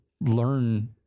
learn